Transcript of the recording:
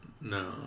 No